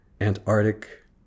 Antarctic